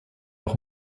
auch